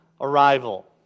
arrival